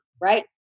right